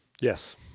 Yes